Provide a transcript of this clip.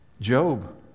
Job